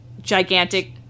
gigantic